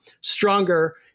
stronger